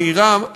המהירה,